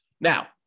now